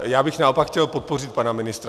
Já bych naopak chtěl podpořit pana ministra.